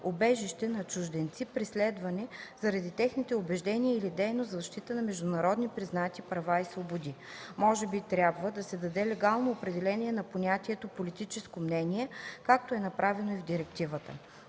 убежище на чужденци, преследвани заради техните убеждения или дейност в защита на международно признати права и свободи”. Може би трябва да се даде легално определение на понятието „политическо мнение”, както е направено и в Директивата.